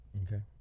Okay